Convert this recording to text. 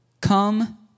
come